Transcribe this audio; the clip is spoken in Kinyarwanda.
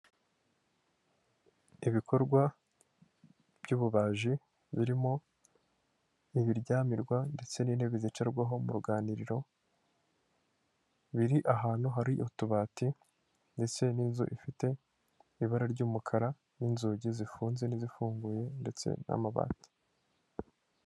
Ibikorwa by'ububaji birimo ibiryamirwa, ndetse n'ibigederwaho mu ruganiriro biri ahantu hari utubati ndetse n'inzu, ifite ibara ry'umukara n'inzugi zifunze n'izifunguye ndetse n'amabati.